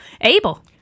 Abel